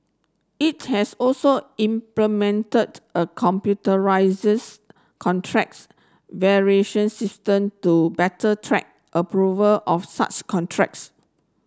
it has also implemented a contracts variation system to better track approval of such contracts